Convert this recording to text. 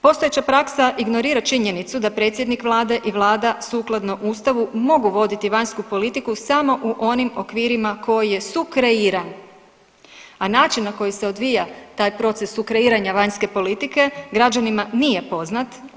Postojeća praksa ignorira činjenicu da predsjednik Vlade i Vlada sukladno Ustavu mogu voditi vanjsku politiku samo u onim okvirima koje sukreira, a način na koji se odvija taj proces sukreiranja vanjske politike građanima nije poznat.